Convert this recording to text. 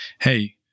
hey